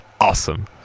awesome